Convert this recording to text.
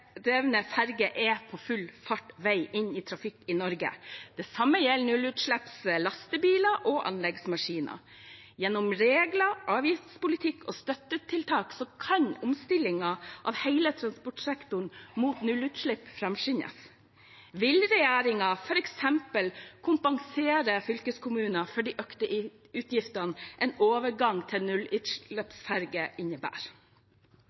drevne ferger er på full fart inn i trafikk i Norge, og det samme gjelder nullutslipps lastebiler og anleggsmaskiner. Gjennom regler, avgiftspolitikk og støttetiltak kan omstillingen av hele transportsektoren mot nullutslipp framskyndes. Vil regjeringen f.eks. kompensere fylkeskommunene for de økte utgiftene en overgang til nullutslippsferger innebærer?